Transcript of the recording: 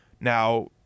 Now